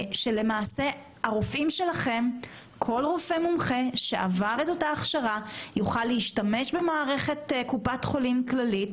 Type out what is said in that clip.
כל רופא מומחה שעבר הכשרה יוכל להשתמש במערכת קופת חולים כללית,